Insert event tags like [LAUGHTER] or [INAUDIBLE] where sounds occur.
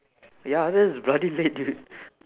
ya that's bloody late dude [BREATH]